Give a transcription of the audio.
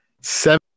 Seven